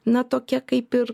na tokia kaip ir